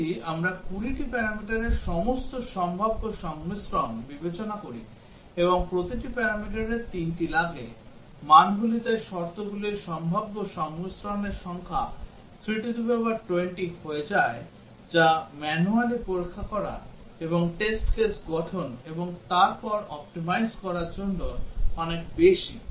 যদি আমরা 20 টি প্যারামিটারের সমস্ত সম্ভাব্য সংমিশ্রণ বিবেচনা করি এবং প্রতিটি প্যারামিটারের তিনটি লাগে মানগুলি তাই শর্তগুলির সম্ভাব্য সংমিশ্রণের সংখ্যা 320 হয়ে যায় যা ম্যানুয়ালি পরিচালনা করা এবং টেস্ট কেস গঠন এবং তারপর অপ্টিমাইজ করার জন্য অনেক বেশি